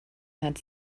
had